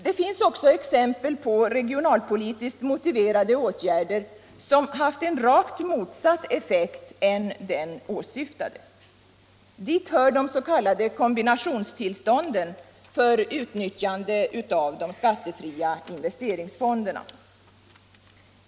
Det finns också exempel på regionalpolitiskt motiverade åtgärder som haft en effekt rakt motsatt den åsyftade. Dit hör de s.k. kombinationstillstånden för utnyttjande av de skattefria investeringsfonderna.